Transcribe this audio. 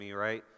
right